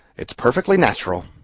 it's perfectly natural.